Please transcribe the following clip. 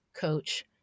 Coach